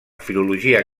filologia